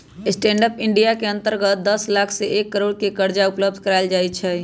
stand up India के अंतर्गत दस लाख से एक करोड़ के करजा उपलब्ध करायल जाइ छइ